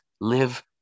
live